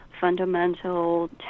fundamental